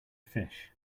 fish